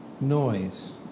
noise